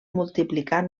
multiplicar